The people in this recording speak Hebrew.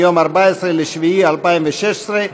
מיום 14 ביולי 2016,